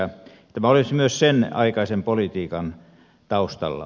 tämä oli myös sen aikaisen politiikan taustalla